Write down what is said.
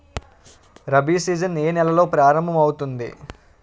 Rabi season ఏ నెలలో ప్రారంభమౌతుంది?